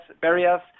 barriers